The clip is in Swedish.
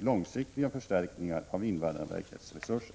långsiktiga förstärkningar av invandrarverkets resurser.